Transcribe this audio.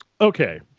okay